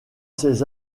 ses